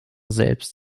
selbst